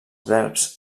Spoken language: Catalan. verbs